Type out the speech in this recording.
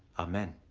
amen.